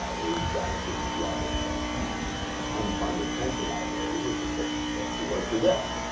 ah we've got into these levels of of unfunded pension liabilities, which just a fancy word for debt.